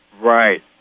Right